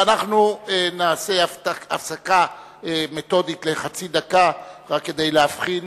אנחנו נעשה הפסקה מתודית לחצי דקה, רק כדי להבחין